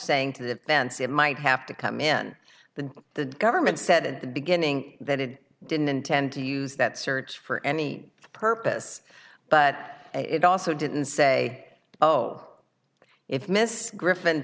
saying to the fans it might have to come in the the government said at the beginning that it didn't intend to use that search for any purpose but it also didn't say oh if mr griffin